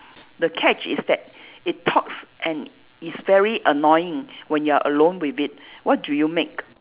the catch is that it talks and is very annoying when you are alone with it what do you make